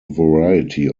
variety